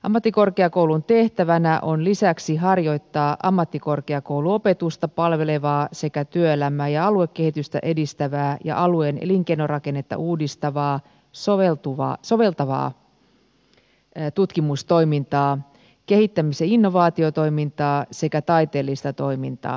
ammattikorkeakoulun tehtävänä on lisäksi harjoittaa ammattikorkeakouluopetusta palvelevaa sekä työelämää ja aluekehitystä edistävää ja alueen elinkeinorakennetta uudistavaa soveltavaa tutkimustoimintaa kehittämis ja innovaatiotoimintaa sekä taiteellista toimintaa